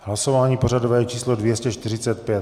Hlasování pořadové číslo 245.